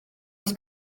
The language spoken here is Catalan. als